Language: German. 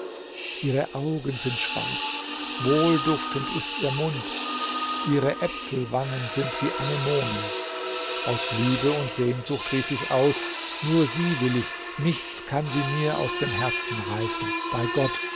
ihre augen sind schwarz wohlduftend ist ihr mund ihre äpfelwangen sind wie anemonen aus liebe und sehnsucht rief ich aus nur sie will ich nichts kann sie mir aus dem herzen reißen bei gott